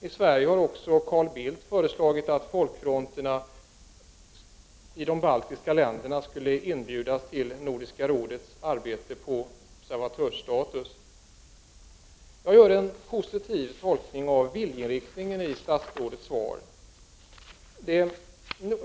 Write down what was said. I Sverige har också Carl Bildt föreslagit att folkfronterna i de baltiska länderna skulle inbjudas att delta i Nordiska rådets arbete som observatörer. Jag gör en positiv tolkning av viljeinriktningen i statsrådets svar.